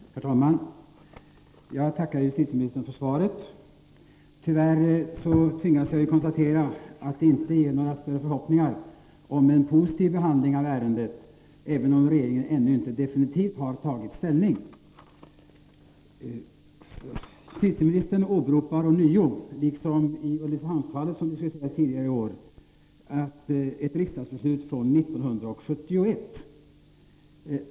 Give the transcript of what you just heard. Herr talman! Jag tackar justitieministern för svaret. Tyvärr tvingas jag konstatera att svaret inte inger några större förhoppningar om en positiv behandling av ärendet, även om regeringen ännu inte definitivt har tagit ställning. Justitieministern åberopar ånyo, liksom i Ulricehamnsfallet som diskuterats tidigare i år, ett riksdagsbeslut från 1971.